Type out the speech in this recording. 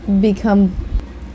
become